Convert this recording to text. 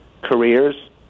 careers